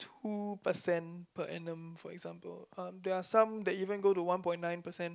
two percent per annum for example um there are some that even to go one point nine percent